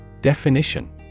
Definition